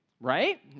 right